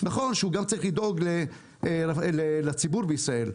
נכון שהוא גם צריך לדאוג לציבור בישראל,